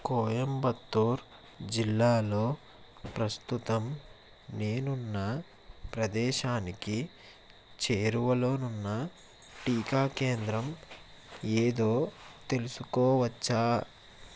కోయంబత్తూర్ జిల్లాలో ప్రస్తుతం నేనున్న ప్రదేశానికి చేరువలోనున్న టీకా కేంద్రం ఏదో తెలుసుకోవచ్చా